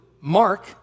Mark